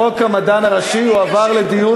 אני מודיע שחוק המדען הראשי יועבר לדיון